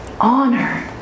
Honor